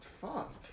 Fuck